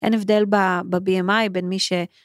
אין הבדל ב-BMI בין מי ש...